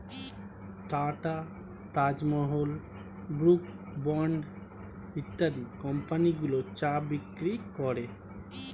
tata, Taj Mahal, Brooke Bond ইত্যাদি কোম্পানিগুলো চা বিক্রি করে